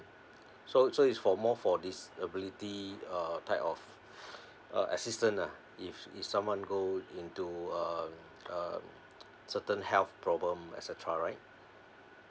so so is for more for disability uh type of uh assistance ah if if someone go into a uh uh certain health problem et cetera right